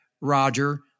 Roger